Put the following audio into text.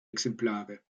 exemplare